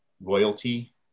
royalty